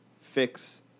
fix